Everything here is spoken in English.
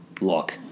look